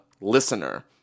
listener